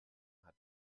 hat